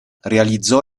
realizzò